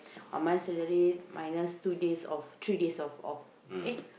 one month salary minus two days off minus three days of off eh